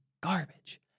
garbage